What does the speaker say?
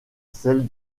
celle